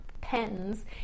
pens